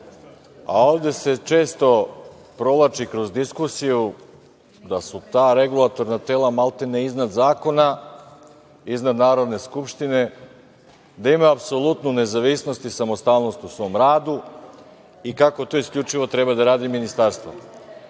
a ovde se često provlači kroz diskusiju da su ta regulatorna tela maltene iznad zakona, iznad Narodne skupštine, da ima apsolutnu nezavisnost i samostalnost u svom radu i kako to isključivo treba da radi ministarstvo. Sad,